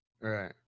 Right